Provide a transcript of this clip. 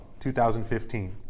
2015